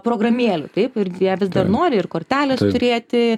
programėlių taip ir jie vis dar nori ir korteles turėti